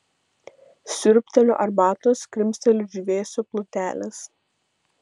siurbteliu arbatos krimsteliu džiūvėsio plutelės